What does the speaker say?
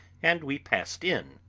and we passed in,